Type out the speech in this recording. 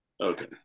Okay